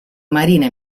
marine